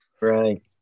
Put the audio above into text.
Right